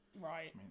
Right